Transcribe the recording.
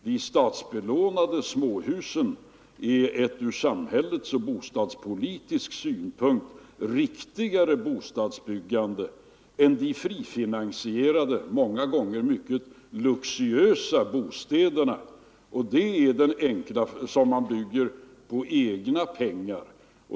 De statsbelånade småhusen är ett från samhällets och från bostadspolitisk synpunkt riktigare bostadsbyggande än de frifinansierade, många gånger mycket luxuösa bostäder som man bygger för egna pengar.